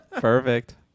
perfect